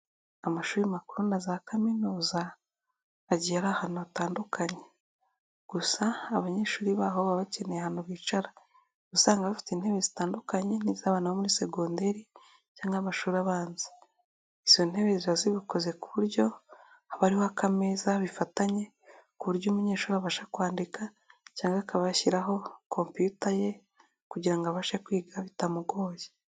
Amashuri makuru na za kaminuza, agiye ari ahantu hatandukanye, gusa abanyeshuri baho baba bakeneye ahantu bicara, usanga bafite intebe zitandukanye n'iz'abantu bo muri seconderi cyangwa amashuri abanza, izo ntebe ziba zibikoze ku buryo haba hariho akameza bifatanye ku buryo umunyeshuri abasha kwandika cyangwa akaba yashyiraho komputa ye kugira ngo abashe kwiga bitamugoye.